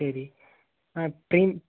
சரி ஆ பெயின்